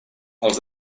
els